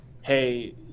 hey